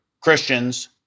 christians